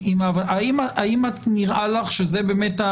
האם נראה לך שזה באמת,